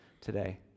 today